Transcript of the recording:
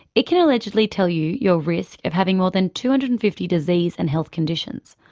it can allegedly tell you your risk of having more than two hundred and fifty disease and health conditions,